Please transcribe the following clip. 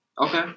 Okay